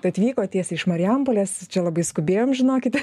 atvykot tiesiai iš marijampolės čia labai skubėjom žinokit